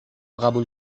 قبول